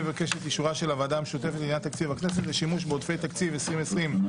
נעשה כרגע הצבעה ראשונה על אישור תקציב 2021. מי בעד?